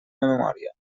memòria